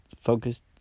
focused